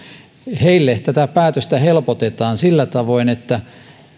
tätä päätöstä helpotetaan sillä tavoin että